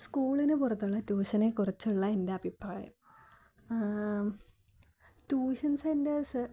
സ്കൂളിനു പുറത്തുള്ള ട്യൂഷനെ കുറിച്ചുള്ള എൻ്റെ അഭിപ്രായം ട്യൂഷൻ സെൻറ്റേഴ്സ്